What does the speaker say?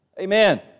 Amen